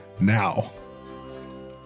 now